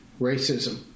racism